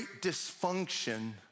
dysfunction